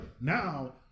now